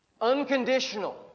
Unconditional